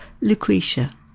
Lucretia